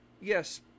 yes